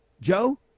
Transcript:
Joe